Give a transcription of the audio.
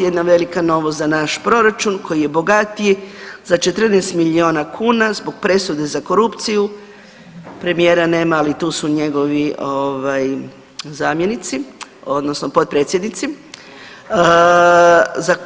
Jedna velika novosti za naš proračun koji je bogatiji za 14 miliona kuna zbog presude za korupciju premije nema, ali tu su njegovi ovaj zamjenici odnosno potpredsjednici, za,